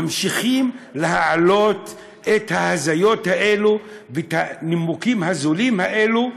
ממשיכים להעלות את ההזיות האלה ואת הנימוקים הזולים האלה.